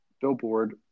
billboard